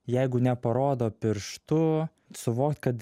jeigu neparodo pirštu suvokt kad